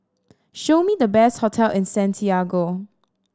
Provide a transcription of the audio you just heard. show me the best hotel in Santiago